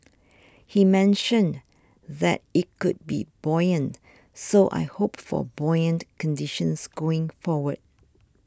he mentioned that it could be buoyant so I hope for buoyant conditions going forward